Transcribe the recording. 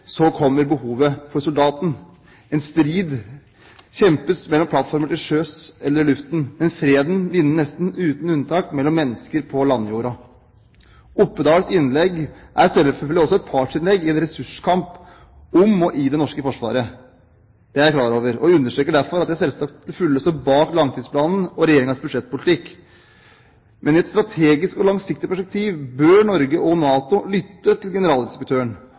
så kommer behovet for Soldaten. En strid kan kjempes mellom plattformer til sjøs eller i luften, men freden vinnes nesten uten unntak mellom mennesker på landjorden.» Opedals innlegg er selvfølgelig også et partsinnlegg i en ressurskamp om og i det norske forsvaret. Det er jeg klar over, og jeg understreker derfor at jeg selvsagt til fulle står bak langtidsplanen og Regjeringens budsjettpolitikk. Men i et strategisk og langsiktig perspektiv bør Norge og NATO lytte til